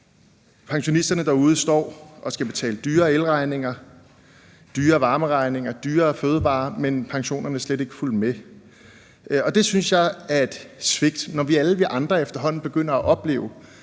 pensionisterne derude står og skal betale dyrere elregninger, dyrere varmeregninger og dyrere fødevarer, mens pensionerne slet ikke er fulgt med. Og det synes jeg er et svigt. Når alle vi andre efterhånden begynder at opleve